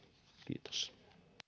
kiitos